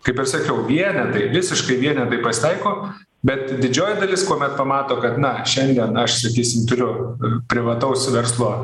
kaip ir sakiau vienetai visiškai vienetai pasitaiko bet didžioji dalis kuomet pamato kad na šiandien aš sakysim turiu privataus verslo